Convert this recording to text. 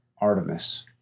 Artemis